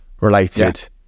related